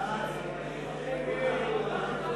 נתקבלה.